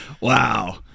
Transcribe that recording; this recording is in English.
Wow